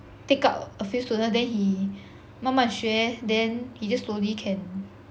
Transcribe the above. pick up a few students than he 慢慢学 then he just slowly can